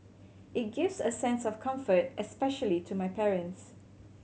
it gives a sense of comfort especially to my parents